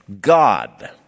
God